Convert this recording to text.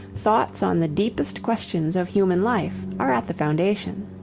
thoughts on the deepest questions of human life are at the foundation.